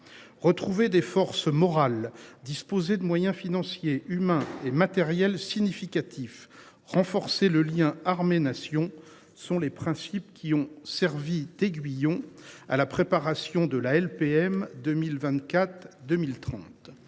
Retrouver des forces morales, disposer de moyens financiers, humains et matériels significatifs, renforcer le lien entre l’armée et la Nation : tels sont les principes qui ont servi d’aiguillons à la préparation de la loi relative